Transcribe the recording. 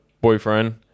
boyfriend